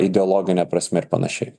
ideologine prasme ir panašiai